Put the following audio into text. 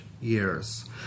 years